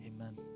Amen